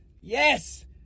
yes